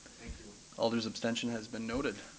alder's abstention has been noted.